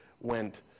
went